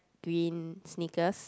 green sneakers